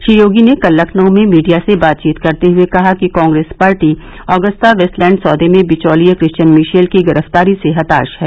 श्री योगी ने कल लखनऊ में मीडिया से बातचीत करते हुए कहा कि कांग्रेस पार्टी अगस्ता वेस्टलैंड सौदे में बिचौलिये क्रिश्चियन मिशेल की गिरफ़्तारी से हताश है